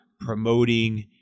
promoting